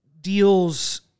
deals